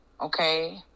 Okay